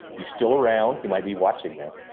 he's still around, he might be watching this.